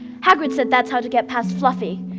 hagrid said that's how to get past fluffy.